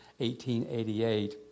1888